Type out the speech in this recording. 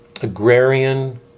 agrarian